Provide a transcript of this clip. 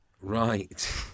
Right